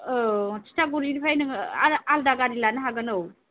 औ थिथागुरिनिफ्राय नोङो आरो आलादा गारि लानो हागोन औ